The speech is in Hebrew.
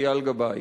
אייל גבאי.